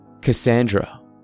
Cassandra